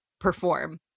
perform